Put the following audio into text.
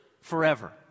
Forever